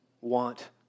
want